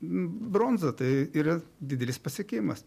bronzą tai yra didelis pasiekimas